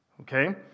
Okay